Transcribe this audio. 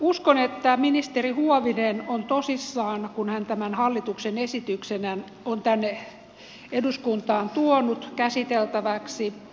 uskon että ministeri huovinen on tosissaan kun hän tämän hallituksen esityksen on tänne eduskuntaan tuonut käsiteltäväksi